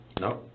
No